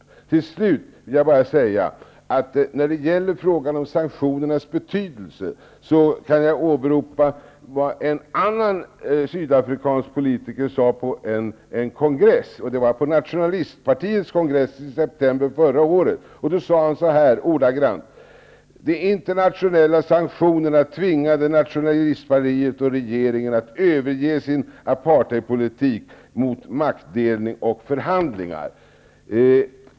Till slut vill jag bara, när det gäller frågan om sanktionernas betydelse, åberopa vad en annan sydafrikansk politiker sade på en kongress. Det var på nationalistpartiets kongress i september förra året. Han sade ordagrant så här: ''De internationella sanktionerna tvingade nationalistpartiet och regeringen att överge sin apartheidpolitik mot maktdelning och förhandlingar.''